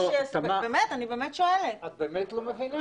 את באמת לא מבינה?